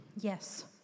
Yes